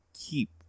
keep